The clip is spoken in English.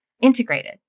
integrated